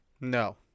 No